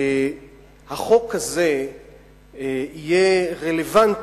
החוק הזה יהיה רלוונטי,